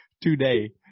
today